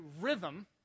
rhythm